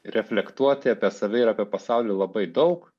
reflektuoti apie save ir apie pasaulį labai daug